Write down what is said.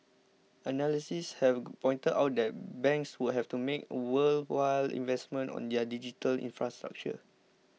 analysts have pointed out that banks would have to make worthwhile investments on their digital infrastructure